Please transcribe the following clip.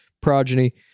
progeny